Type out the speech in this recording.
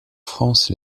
france